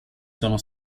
sono